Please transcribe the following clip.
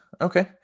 okay